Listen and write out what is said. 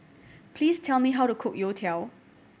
please tell me how to cook youtiao